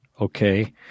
okay